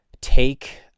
take